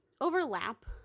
overlap